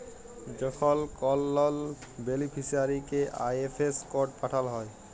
যখল কল লল বেলিফিসিয়ারিকে আই.এফ.এস কড পাঠাল হ্যয়